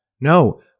No